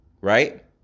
right